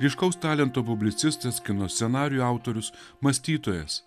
ryškaus talento publicistas kino scenarijų autorius mąstytojas